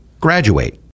graduate